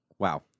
wow